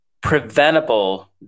preventable